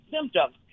symptoms